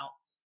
else